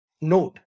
note